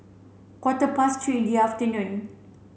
quarter past three in the afternoon